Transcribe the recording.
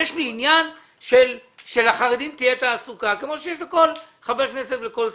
יש לי עניין שלחרדים תהיה תעסוקה כמו שיש לכל חבר כנסת ולכל שר.